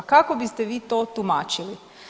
Kako biste vi to tumačili?